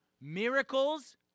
miracles